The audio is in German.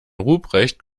ruprecht